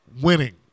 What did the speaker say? winning